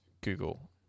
Google